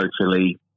socially